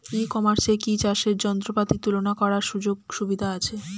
ই কমার্সে কি চাষের যন্ত্রপাতি তুলনা করার সুযোগ সুবিধা আছে?